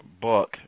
book